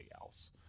else